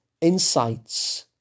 insights